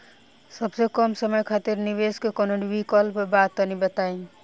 सबसे कम समय खातिर निवेश के कौनो विकल्प बा त तनि बताई?